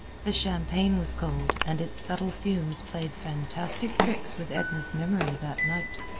the champagne was cold, and its subtle fumes played fantastic tricks with edna's memory that night.